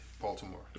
Baltimore